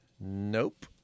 Nope